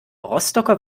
rostocker